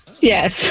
Yes